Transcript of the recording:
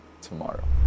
tomorrow